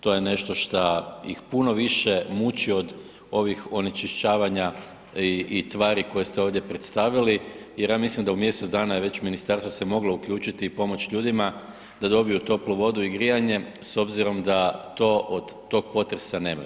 To je nešto šta ih puno više muči od ovih onečišćavanja i tvari koje ste ovdje predstavili jer ja mislim da u mjesec dana je već ministarstvo se moglo uključiti i pomoć ljudima da dobiju toplu vodu i grijanje s obzirom da to, od tog potresa nemaju.